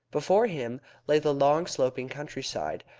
before him lay the long sloping countryside,